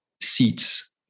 seats